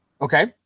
okay